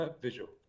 Visual